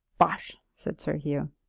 bosh! said sir hugh.